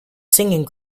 singing